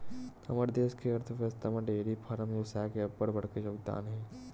हमर देस के अर्थबेवस्था म डेयरी फारम बेवसाय के अब्बड़ बड़का योगदान हे